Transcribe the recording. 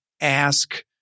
ask